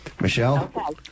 Michelle